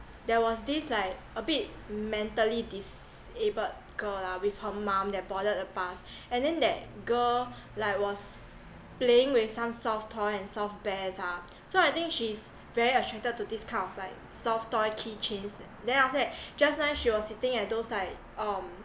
there was this like a bit mentally disabled girl lah with her mom that boarded a bus and then that girl like was playing with some soft toy and soft bears ah so I think she's very attracted to this kind of like soft toy key chains then after that just nice she was sitting at those like um